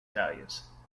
values